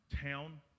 town